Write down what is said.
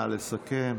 נא לסכם.